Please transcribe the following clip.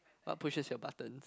what pushes your buttons